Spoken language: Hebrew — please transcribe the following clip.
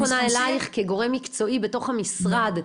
פונה אלייך כגורם מקצועי בתוך המשרד,